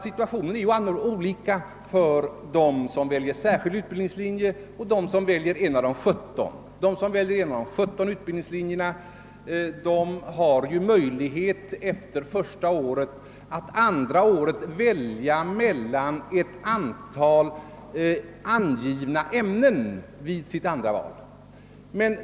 Situationen är ju olika för dem som väljer särskild utbildningslinje och dem som väljer en av de 17. De som väljer en av de 17 utbildningslinjerna har möjlighet att efter första året vid sitt andra val — alltså andra året — välja mellan ett antal angivna ämnen.